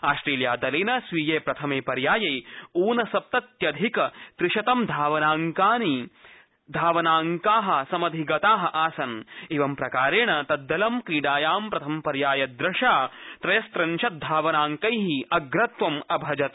Australia दलेन स्वीये प्रथमे पर्याये ऊनसप्तत्यधिक त्रिशंत धावनाङ्कानि समधिगतानि आसन् एवं प्रकारेवा तइलं क्रीडायां प्रथमपर्याय द्रशा त्रयख्निंशत् धावनाड़कै अग्रत्वं अभजत